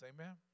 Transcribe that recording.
Amen